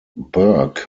burke